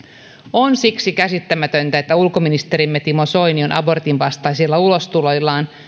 on siksi käsittämätöntä että ulkoministerimme timo soini on abortin vastaisilla ulostuloillaan